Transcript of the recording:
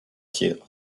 tir